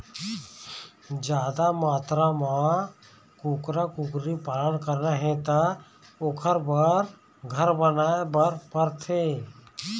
जादा मातरा म कुकरा, कुकरी पालन करना हे त ओखर बर घर बनाए बर परथे